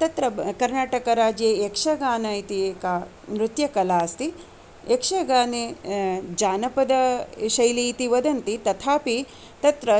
तत्र कर्नाटकराज्ये यक्षगान इति एका नृत्यकला अस्ति यक्षगाने जानपदशैलीति वदन्ति तथापि तत्र